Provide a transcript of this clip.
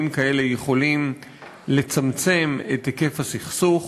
כאלה יכולים לצמצם את היקף הסכסוך,